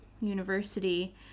University